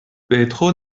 petro